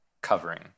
covering